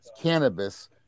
cannabis